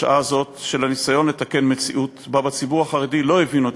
השעה הזאת של הניסיון לתקן מציאות שבה הציבור החרדי לא הבין את